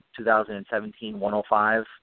2017-105